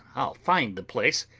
i'll find the place,